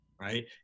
Right